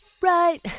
right